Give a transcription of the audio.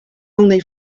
only